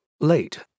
late